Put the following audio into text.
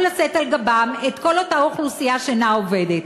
לשאת על גבם את כל אותה אוכלוסייה שאינה עובדת.